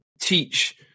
teach